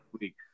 week